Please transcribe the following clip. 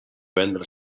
vendre